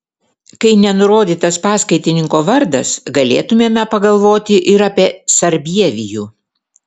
kai nenurodytas paskaitininko vardas galėtumėme pagalvoti ir apie sarbievijų